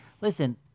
listen